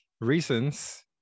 reasons